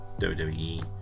WWE